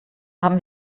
haben